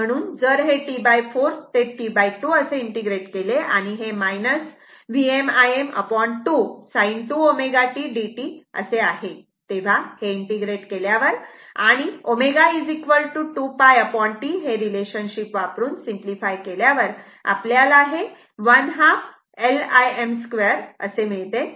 म्हणून जर हे T4 ते T2 असे केले आणि हे Vm Im2 sin 2 ω t dt असे आहे तेव्हा हे इंटिग्रेट केल्यावर आणि ω 2πT हे रिलेशनशिप वापरून सिम्पली फाय केल्यावर आपल्याला ½ L Im 2 असे मिळते